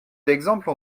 d’exemples